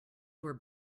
were